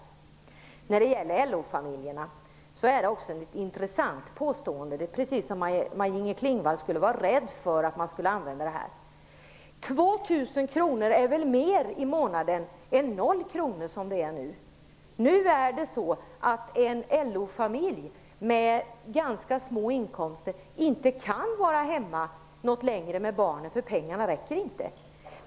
Det är precis som att Maj-Inger Klingvall skulle vara rädd för att använda LO-familjerna som exempel. 2 000 kr i månaden är väl mer än 0 kr! Nu kan inte en förälder från en LO-familj med ganska små inkomster vara hemma längre tid med barnen, därför att pengarna inte räcker.